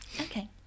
Okay